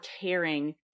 caring